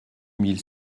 mille